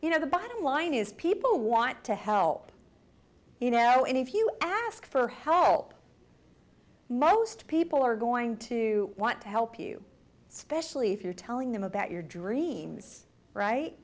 you know the bottom line is people want to help you know and if you ask for help most people are going to want to help you specially if you're telling them about your dreams